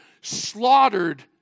slaughtered